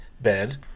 bed